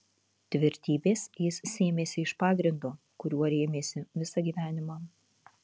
tvirtybės jis sėmėsi iš pagrindo kuriuo rėmėsi visą gyvenimą